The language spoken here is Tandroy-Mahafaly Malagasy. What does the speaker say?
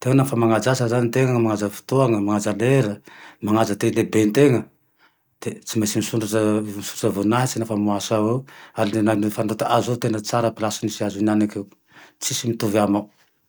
teo naho fa manaja asa zane tena, manaja fotoany, manaja lera, manaja te lehiben-tena de tsy maintsy misondrotsy voninahitsy nafa mahatsiaro ary le fanondrotaazo tena tsara place nisy azo henaniky io;